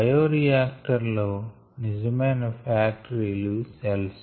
bioreactor లో నిజమైన ఫ్యాక్టరీలు సెల్స్